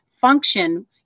function